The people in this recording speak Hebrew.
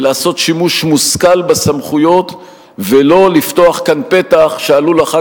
ולעשות שימוש מושכל בסמכויות ולא לפתוח כאן פתח שעלול אחר